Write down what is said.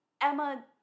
Emma